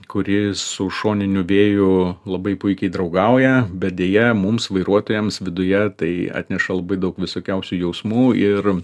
kuri su šoniniu vėju labai puikiai draugauja bet deja mums vairuotojams viduje tai atneša labai daug visokiausių jausmų ir